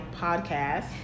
podcast